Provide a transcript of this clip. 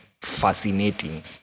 fascinating